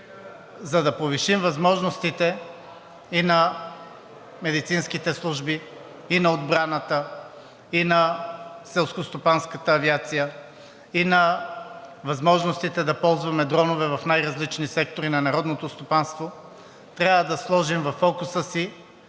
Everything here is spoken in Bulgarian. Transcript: за да повишим възможностите и на медицинските служби, и на отбраната, и на селскостопанската авиация, и на възможностите да ползваме дронове в най-различни сектори на народното стопанство, трябва да сложим във фокуса си